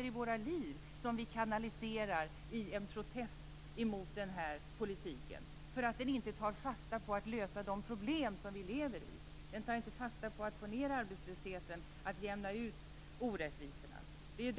i våra liv och som vi kanaliserar i en protest mot den politiken därför att den inte tar fasta på att lösa de problem som vi lever med. Den tar inte fasta på att få ned arbetslösheten, att jämna ut orättvisorna.